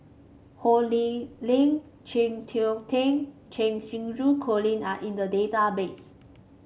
Ho Lee Ling Chng Seok Tin Cheng Xinru Colin are in the database